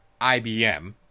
IBM